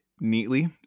neatly